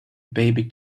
baby